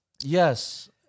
Yes